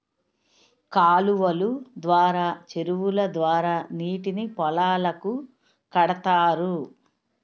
కాలువలు ద్వారా చెరువుల ద్వారా నీటిని పొలాలకు కడతారు